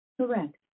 Correct